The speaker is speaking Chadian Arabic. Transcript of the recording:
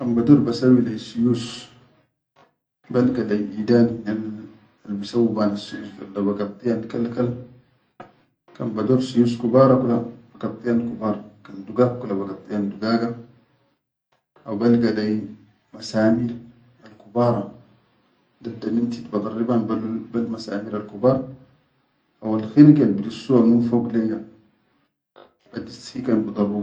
Kan bador basawwi lai suyus, balga lai idaan hinel albisawwu ban assuyus dol da bagaddiyan kal-kal, kan bador suyus kubara kula bagaddiyan kubar, kan dugag kula bagaddiyan dugaga, haw balga lai masamir kubara dadda min tit badarriban bel masamir al kubar, haw alkhirgel bidussuwa min fok leyya badissa.